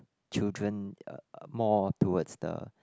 children more towards the